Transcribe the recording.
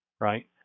right